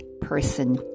person